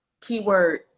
Keyword